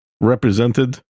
represented